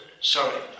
Sorry